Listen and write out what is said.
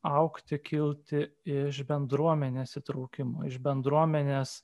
augti kilti iš bendruomenės įtraukimo iš bendruomenės